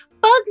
bugs